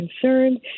concerned